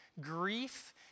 grief